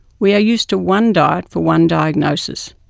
we are used to one diet for one diagnosis,